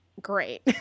great